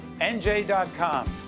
NJ.com